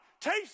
taste